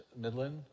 Midland